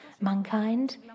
mankind